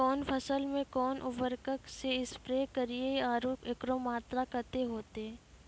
कौन फसल मे कोन उर्वरक से स्प्रे करिये आरु एकरो मात्रा कत्ते होते?